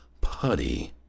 putty